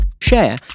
share